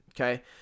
okay